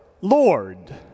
Lord